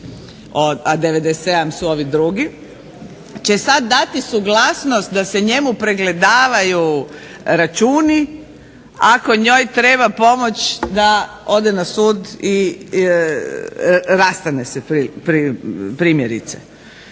a 97 su ovi drugi, će sada dati suglasnost da se njemu pregledavaju računi ako njoj treba pomoć i ode na sud i rastane se primjerice.